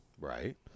Right